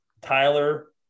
Tyler